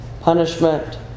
punishment